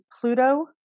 Pluto